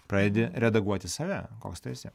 pradedi redaguoti save koks tu esi